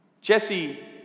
Jesse